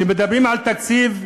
כשמדברים על תקציב,